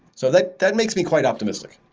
so that that makes me quite optimistic.